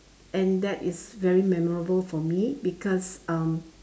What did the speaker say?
and that is very memorable for me because um